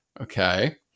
Okay